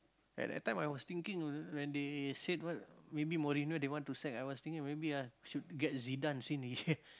at that time I was thinking when they said what maybe Mourinho they want to sack I was thinking maybe ah should get Zidane